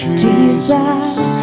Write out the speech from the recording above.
jesus